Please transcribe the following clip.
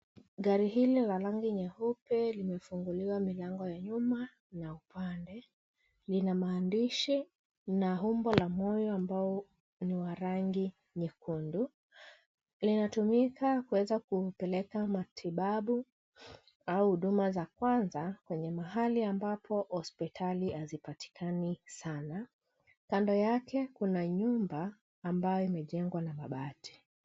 Gari hili la rangi nyeupe limefunguliwa milango ya nyuma na upande. Lina maandishi na umbo la moyo ambao ni wa rangi nyekundu. Linatumika kuweza kupeleka matibabu au huduma za kwanza kwenye mahali ambapo hospitali hazipatikani sana. Kando yake kuna nyumba ambayo imejengwa na mabati.